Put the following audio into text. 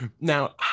Now